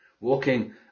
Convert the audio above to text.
walking